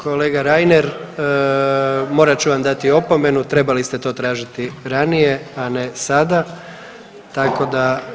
Kolega Reiner morat ću vam dati opomenu, trebali ste to tražiti ranije, a ne sada tako da.